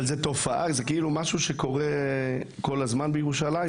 אבל זה תופעה, זה משהו שקורה כל הזמן בירושלים?